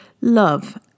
love